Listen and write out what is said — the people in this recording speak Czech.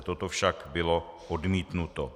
Toto však bylo odmítnuto.